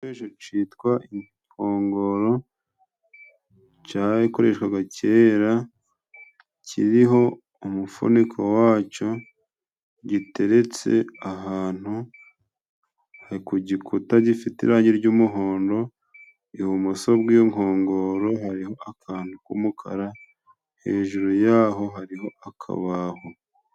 Igikoresho citwa inkongoro cakoreshwaga cyera .Cyiriho umufuniko waco. Giteretse ahantu ku gikuta gifite irangi ry'umuhondo .Ibumoso bw'iyo nkongoro hariho akantu k'umukara ,hejuru yaho hariho akabaho.